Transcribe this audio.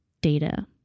data